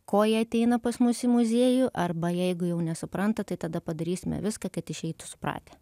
ko jie ateina pas mus į muziejų arba jeigu jau nesupranta tai tada padarysime viską kad išeitų supratę